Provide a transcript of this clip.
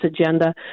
agenda